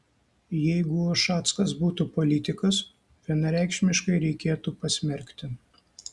jeigu ušackas būtų politikas vienareikšmiškai reikėtų pasmerkti